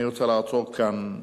אני רוצה לעצור כאן.